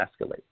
escalate